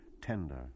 tender